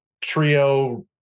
trio